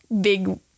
big